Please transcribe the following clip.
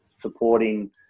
supporting